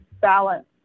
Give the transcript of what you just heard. Balance